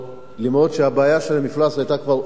למרות שהבעיה של המפלס היתה כבר obvious,